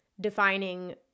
defining